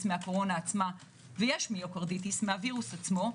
מהקורונה עצמה ויש מיוקרדיטיס מהווירוס עצמו,